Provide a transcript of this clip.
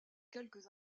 quelques